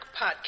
Podcast